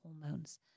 hormones